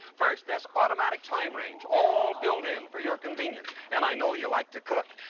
first, this automatic-time range, all built in for your convenience. and i know you like to cook.